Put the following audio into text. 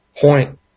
point